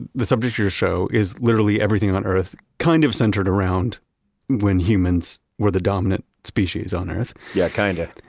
the subject of your show is literally everything on earth kind of centered around when humans were the dominant species on earth yeah, kind of